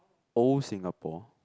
old Singapore